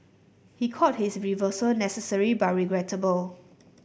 he called his reversal necessary but regrettable